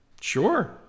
Sure